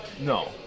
no